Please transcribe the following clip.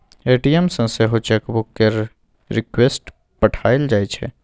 ATM सँ सेहो chequebook केर रिक्वेस्ट पठाएल जाइ छै